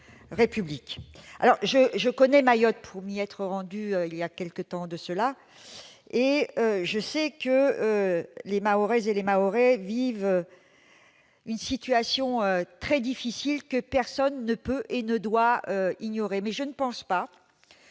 Je connais Mayotte pour m'y être rendue il y a quelque temps, et je sais que les Mahoraises et les Mahorais vivent une situation très difficile, que personne ne doit ignorer. Toutefois, je ne pense pas